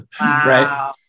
Right